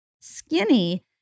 skinny